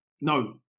No